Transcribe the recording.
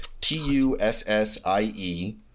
T-U-S-S-I-E